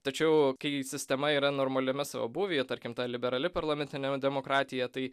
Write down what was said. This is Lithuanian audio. tačiau kai sistema yra normaliame savo būvyje tarkim ta liberali parlamentinė demokratija tai